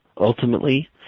ultimately